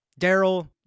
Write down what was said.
Daryl